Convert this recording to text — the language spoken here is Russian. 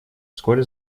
вскоре